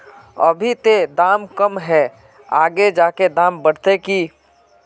अभी ते दाम कम है आगे जाके दाम बढ़ते की?